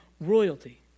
royalty